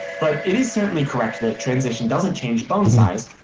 but it is certainly correct that transition doesn't change bone size,